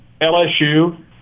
LSU